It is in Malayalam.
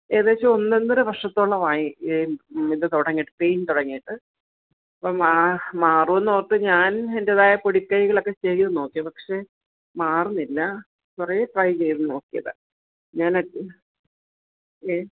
ഏകദേശം ഒന്നൊന്നര വർഷത്തോളം ആയി ഇത് തുടങ്ങിയിട്ട് പെയിൻ തുടങ്ങിയിട്ട് അപ്പം മാറും എന്നോർത്ത് ഞാൻ എൻറ്റേതായ പൊടിക്കൈകളൊക്കെ ചെയ്തു നോക്കി പക്ഷെ മാറുന്നില്ല കുറേ ട്രൈ ചെയ്തു നോക്കിയതാ ഞാൻ അത് ഏ